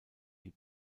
die